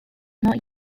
not